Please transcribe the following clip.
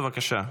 בבקשה.